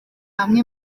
hamwe